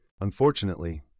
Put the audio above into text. Unfortunately